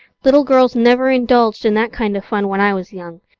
little girls never indulged in that kind of fun when i was young.